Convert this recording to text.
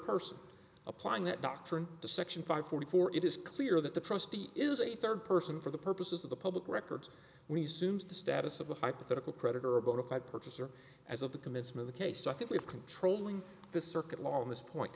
person applying that doctrine to section five forty four it is clear that the trustee is a third person for the purposes of the public records resumes the status of a hypothetical creditor a bona fide purchaser as of the commits move the case i think we have controlling the circuit law on this point